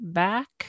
back